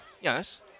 Yes